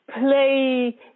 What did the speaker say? play